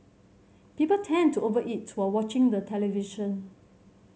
people tend to over eat while watching the television